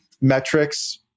metrics